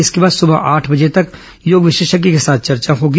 इसके बाद सबह आठ बजे तक योग विशेषज्ञ के साथ चर्चा होगी